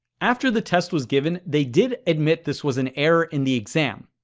after the test was given, they did admit this was an error in the exam.